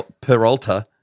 Peralta